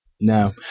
No